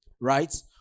right